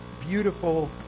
beautiful